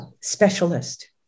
specialist